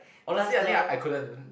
honestly I think I I couldn't